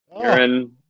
Aaron